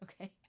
okay